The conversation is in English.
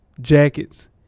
jackets